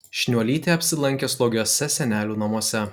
šniuolytė apsilankė slogiuose senelių namuose